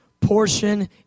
Portion